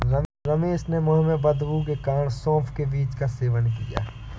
रमेश ने मुंह में बदबू के कारण सौफ के बीज का सेवन किया